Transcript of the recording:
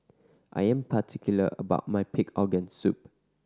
I am particular about my pig organ soup